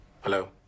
Hello